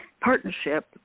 partnership